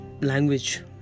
language